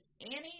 Annie